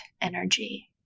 energy